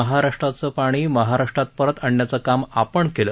महाराष्ट्राचे पाणी महाराष्ट्रात परत आणण्याचं काम आपण केलं